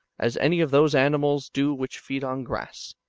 as any of those animals do which feed on grass,